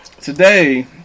today